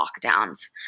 lockdowns